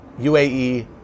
UAE